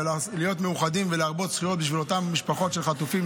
להיות מאוחדים ולהרבות זכויות בשביל אותן משפחות של חטופים,